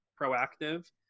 proactive